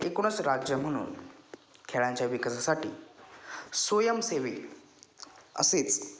एकूणच राज्य म्हणून खेळांच्या विकासासाठी स्वयंसेवी असेच